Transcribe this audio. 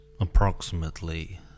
approximately